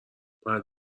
باید